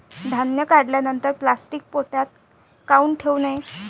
धान्य काढल्यानंतर प्लॅस्टीक पोत्यात काऊन ठेवू नये?